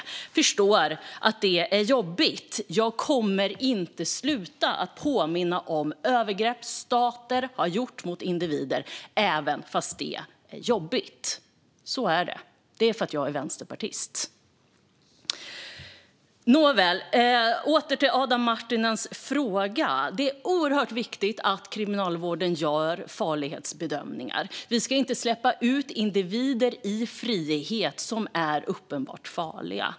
Jag förstår att det är jobbigt. Jag kommer inte att sluta påminna om övergrepp som stater har begått mot individer även om det är jobbigt. Så är det. Det är för att jag är vänsterpartist. Nåväl, åter till Adam Marttinens fråga. Det är oerhört viktigt att Kriminalvården gör farlighetsbedömningar. Vi ska inte släppa ut individer i frihet som är uppenbart farliga.